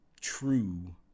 true